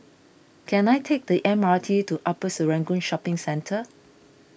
can I take the M R T to Upper Serangoon Shopping Centre